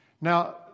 Now